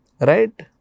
right